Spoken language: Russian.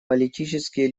политические